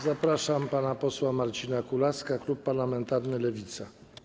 Zapraszam pana posła Marcina Kulaska, klub parlamentarny Lewica.